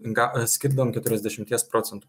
ga skirdavom keturiasdešimties procentų